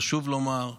חשוב לומר,